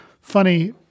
funny